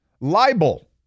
Libel